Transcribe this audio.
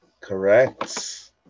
Correct